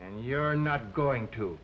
and you are not going to